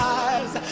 eyes